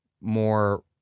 more